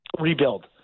rebuild